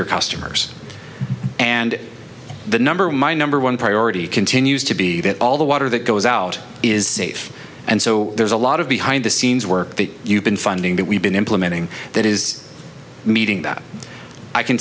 your customers and the number my number one priority continues to be that all the water that goes out is safe and so there's a lot of behind the scenes work that you've been finding that we've been implementing that is meeting that i can